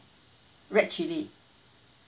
red chilli